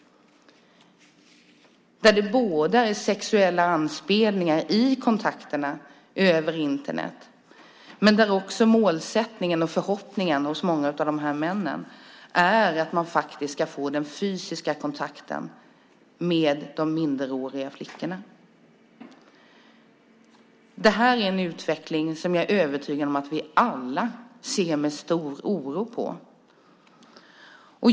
Det handlar om sexuella anspelningar i kontakterna över Internet men också om en målsättning och förhoppning hos många av dessa män om att faktiskt också få den fysiska kontakten med de minderåriga flickorna. Detta är en utveckling som jag är övertygad om att vi alla ser med stor oro på.